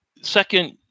second